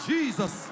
Jesus